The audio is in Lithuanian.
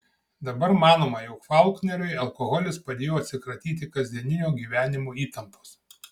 dabar manoma jog faulkneriui alkoholis padėjo atsikratyti kasdieninio gyvenimo įtampos